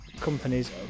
companies